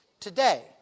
Today